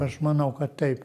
aš manau kad taip